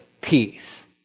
peace